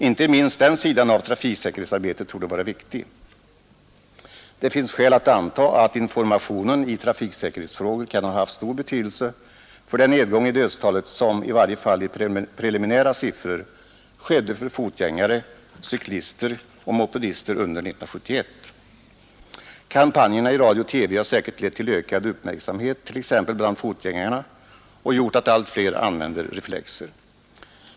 Inte minst den sidan av trafiksäkerhetsarbetet torde vara viktig. Det finns skäl att anta att informationen i trafiksäkerhetsfrågor kan ha haft stor betydelse för den nedgång i dödstalet som, i varje fall i preliminära siffror, skedde för fotgängare, cyklister och mopedister under 1971. Kampanjerna i radio-TV har säkert lett till ökad uppmärksamhet t.ex. bland fotgängarna och gjort att allt fler använder reflexer.